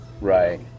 Right